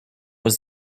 was